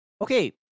Okay